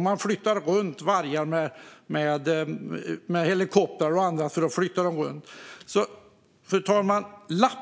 Man flyttar också runt vargar med helikoptrar och annat. Fru talman! Lappa